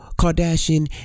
Kardashian